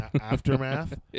Aftermath